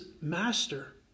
master